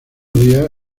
día